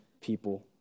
people